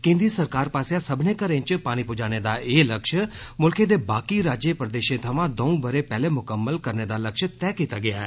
केन्द्री सरकार पास्सेआ सब्बने घरें च पानी पजाने दा एह् लक्ष्य मुल्खै दे बाकी राज्यें प्रदेषें थमां दर्ऊ ब'रें पैहले मुकम्मल करने ा लक्ष्य तैह् कीता गेआ ऐ